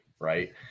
right